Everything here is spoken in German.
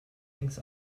links